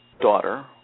daughter